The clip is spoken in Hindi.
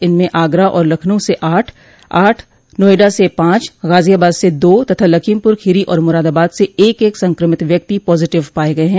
इनमें आगरा और लखनऊ से आठ आठ नोएडा से पांच गाजियाबाद से दो तथा लखीमपुर खीरी और मुरादाबाद से एक एक संक्रमित व्यक्ति पॉजिटिव पाये गये हैं